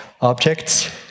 objects